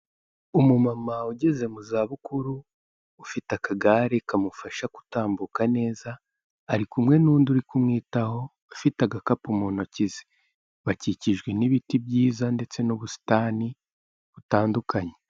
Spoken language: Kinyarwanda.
Umumama ugeze mu za bukuru, ufite akagare kamufasha gutambuka neza, ari kumwe n'undi uri kumwitaho afite agakapu mu ntoki ze, bakikijwe n'ibiti byiza ndetse n'ubusitani butandukanye.